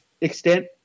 extent